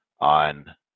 on